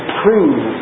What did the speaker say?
prove